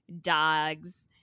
dogs